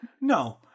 No